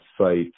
site